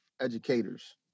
educators